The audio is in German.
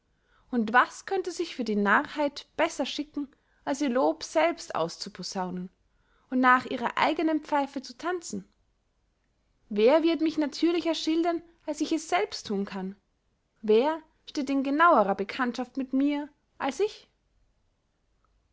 und was könnte sich für die narrheit besser schicken als ihr lob selbst auszuposaunen und nach ihrer eigenen pfeife zu tanzen wer wird mich natürlicher schildern als ich es selbst thun kann wer steht in genauerer bekanntschaft mit mir als ich